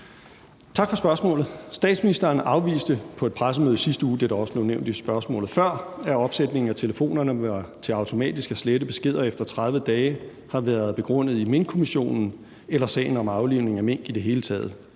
Tak for spørgsmålet. Statsministeren afviste på et pressemøde i sidste uge – det blev også nævnt i spørgsmålet før – at opsætningen af telefonerne til automatisk at slette beskeder efter 30 dage har været begrundet i Minkkommissionen eller i sagen om aflivning af mink i det hele taget.